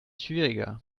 schwieriger